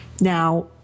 Now